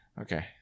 okay